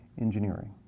engineering